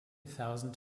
thousand